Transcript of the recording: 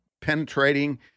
penetrating